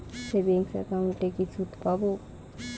Savings একাউন্টে কি সুদ পাব?